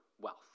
wealth